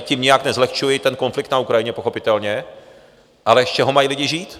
Tím nijak nezlehčuji ten konflikt na Ukrajině pochopitelně, ale z čeho mají lidé žít?